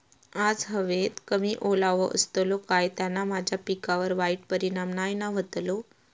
आज हवेत कमी ओलावो असतलो काय त्याना माझ्या पिकावर वाईट परिणाम नाय ना व्हतलो?